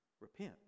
Repent